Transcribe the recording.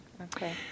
Okay